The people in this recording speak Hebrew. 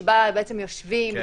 -- ובה בעצם יושבים,